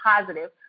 positive